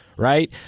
Right